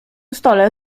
stole